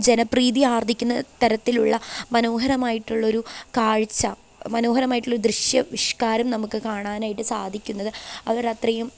ജനപ്രീതി ആർജ്ജിക്കുന്ന തരത്തിലുള്ള മനോഹരമായിട്ടുള്ളൊരു കാഴ്ച്ച മനോഹരമായിട്ടുള്ള ദൃശ്യവിഷ്കാരം നമുക്ക് കാണാനായിട്ട് സാധിക്കുന്നത് അവർ അത്രയും